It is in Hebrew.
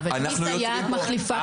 ואם זאת סייעת מחליפה קבועה?